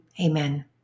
amen